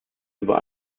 über